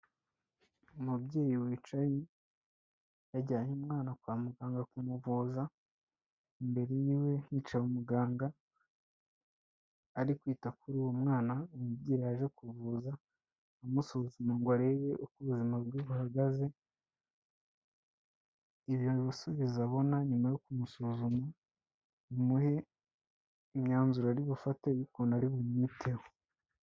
Umubyeyi wicayeha yajyanye umwana kwa muganga kumuvuza, imbere y'iwe hicaye umuganga ari kwita kuri uwo mwana umubyeyi yaje kuvuza, amusuzuma ngo arebe uko ubuzima bwe buhagaze. Ibyo bisubizo abona nyuma yo kumusuzuma bimuhe imyanzuro ari bufate y'ukuntu ari bunyimiteho.